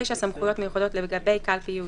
סמכויות מיוחדות לגבי קלפי ייעודי.